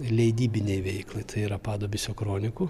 leidybinei veiklai tai yra padubysio kronikų